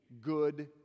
good